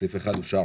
הצבעה אושר